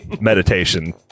Meditation